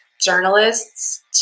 journalists